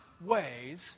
ways